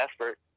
effort